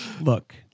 look